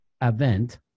event